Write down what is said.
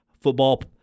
football